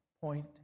point